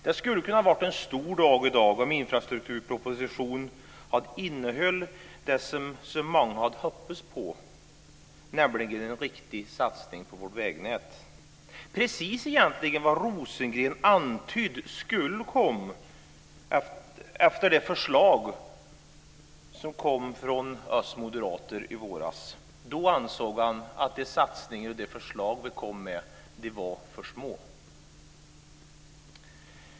Det skulle ha kunnat vara en stor dag i dag om infrastrukturpropositionen hade innehållit det som så många hade hoppats på, nämligen en riktig satsning på vårt vägnät. Det är egentligen precis vad Rosengren antydde skulle komma efter det förslag som kom från oss moderater i våras. Då ansåg han att de satsningar och de förslag som vi kom med var för små.